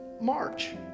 march